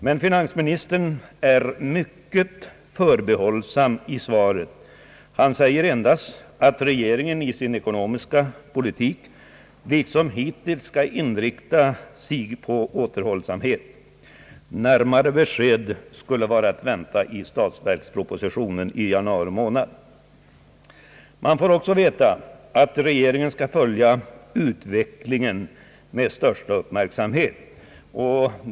Men finansministern är mycket förbehållsam i svaret. Han säger endast att regeringen i sin ekonomiska politik liksom hittills skall inrikta sig på återhållsamhet. Närmare besked är, säger finansministern, att vänta i statsverkspropositionen i januari månad. Man får också veta att regeringen skall följa utvecklingen med största uppmärksamhet.